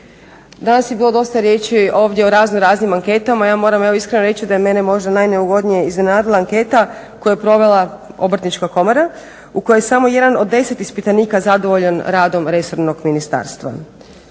Danas je bilo dosta riječi ovdje o razno raznim anketama. Ja moram evo iskreno reći da je meni možda najneugodnije iznenadila anketa koju je provela obrtnička komora u kojoj je samo jedan od 10 ispitanika zadovoljan radom resornog ministarstva.